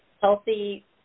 healthy